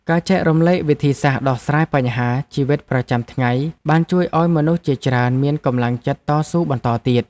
ការចែករំលែកវិធីសាស្ត្រដោះស្រាយបញ្ហាជីវិតប្រចាំថ្ងៃបានជួយឱ្យមនុស្សជាច្រើនមានកម្លាំងចិត្តតស៊ូបន្តទៀត។